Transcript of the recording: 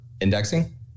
indexing